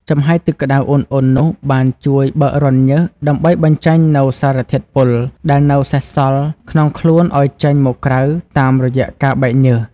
ចំហាយទឹកក្តៅឧណ្ហៗនោះបានជួយបើករន្ធញើសដើម្បីបញ្ចេញនូវសារធាតុពុលដែលនៅសេសសល់ក្នុងខ្លួនឱ្យចេញមកក្រៅតាមរយៈការបែកញើស។